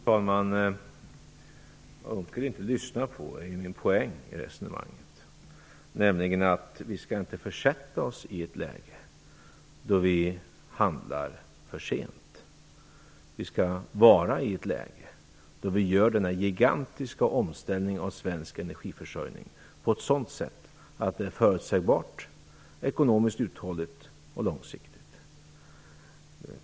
Fru talman! Vad Per Unckel inte lyssnar på är min poäng i resonemanget. Vi skall inte försätta oss i ett läge där vi handlar för sent. Vi skall när vi gör denna gigantiska omställning i energisystemet vara i ett sådant läge att vi kan göra det på ett sätt som är förutsägbart, ekonomiskt uthålligt och långsiktigt.